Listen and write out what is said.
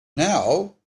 now